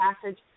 Passage